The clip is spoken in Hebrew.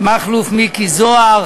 מכלוף מיקי זוהר,